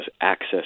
access